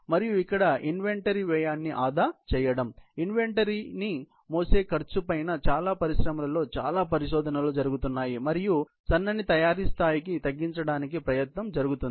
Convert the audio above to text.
మరియు ఇక్కడ ఇన్వెంటరీ వ్యయాన్ని ఆదా చేయడం ఇన్వెంటరీ ని మోసే ఖర్చు పైన చాలా పరిశ్రమలలో చాలా పరిశోధనలు జరుగుతున్నాయి మరియు సన్నని తయారీ స్థాయి కి తగ్గించడానికి ప్రయత్నం జరుగుతుంది